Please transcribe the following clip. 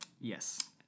Yes